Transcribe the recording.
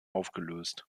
aufgelöst